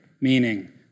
meaning